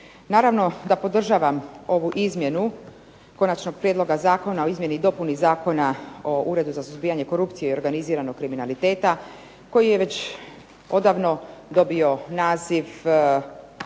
Naravno da podržavam ovu izmjenu Konačnog prijedloga Zakona o izmjeni i dopuni Zakona o Uredu za suzbijanje korupcije i organiziranog kriminaliteta, koji je već odavno dobio naziv